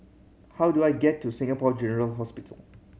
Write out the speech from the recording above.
how do I get to Singapore General Hospital